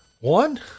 one